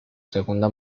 segunda